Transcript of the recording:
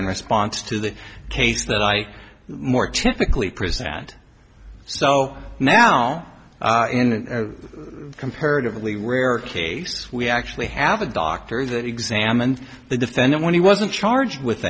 i sponsored to the case that i more typically prison and so now in a comparatively rare case we actually have a doctor that examined the defendant when he wasn't charged with